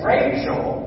Rachel